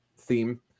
theme